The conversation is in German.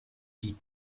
die